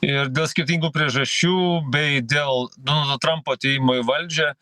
ir dėl skirtingų priežasčių bei dėl donaldo trampo atėjimo į valdžią